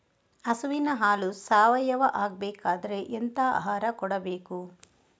ಹಸುವಿನ ಹಾಲು ಸಾವಯಾವ ಆಗ್ಬೇಕಾದ್ರೆ ಎಂತ ಆಹಾರ ಕೊಡಬೇಕು?